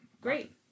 Great